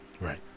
Right